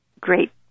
great